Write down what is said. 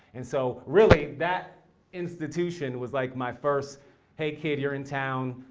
and so, really that institution was like my first hay kid you're in town,